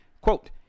Quote